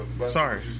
Sorry